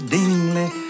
Dingley